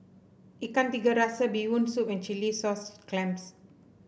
Ikan Tiga Rasa Bee Hoon Soup and Chilli Sauce Clams